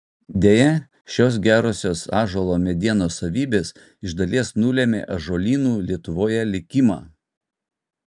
deja šios gerosios ąžuolo medienos savybės iš dalies nulėmė ąžuolynų lietuvoje likimą